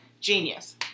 genius